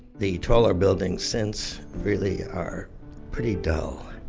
the taller buildings since, really are pretty dull.